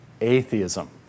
atheism